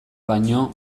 baino